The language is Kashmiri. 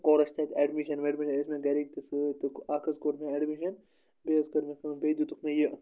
کوٚر اَسہِ تَتہِ اٮ۪ڈمِشَن وٮ۪ڈمِشَن ٲسۍ مےٚ گَرِکۍ تہِ سۭتۍ تہٕ اَکھ حظ کوٚر مےٚ اٮ۪ڈمِشَن بیٚیہِ حظ کٔر مےٚ کٲم بیٚیہِ دیُتُکھ مےٚ یہِ